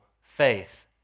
faith